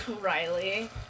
Riley